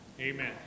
Amen